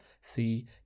See